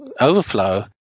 overflow